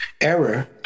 error